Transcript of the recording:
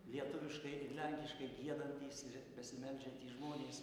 lietuviškai ir lenkiškai giedantys besimeldžiantys žmonės